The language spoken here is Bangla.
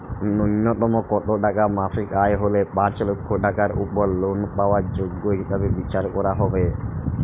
ন্যুনতম কত টাকা মাসিক আয় হলে পাঁচ লক্ষ টাকার উপর লোন পাওয়ার যোগ্য হিসেবে বিচার করা হবে?